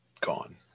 gone